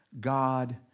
God